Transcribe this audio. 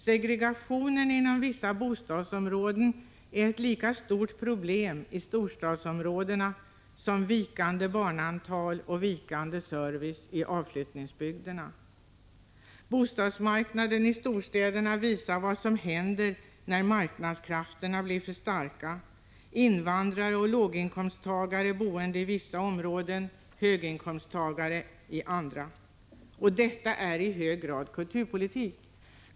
Segregationen inom vissa bostadsområden är ett lika stort problem i storstadsområdena som vikande barnantal och vikande service i avflyttningsbygderna. Bostadsmarknaden i storstäderna visar vad som händer när marknadskrafterna blir för starka. Invandrare och låginkomsttagare bor i vissa områden och höginkomsttagare i andra. Detta är i hög grad kulturpolitik.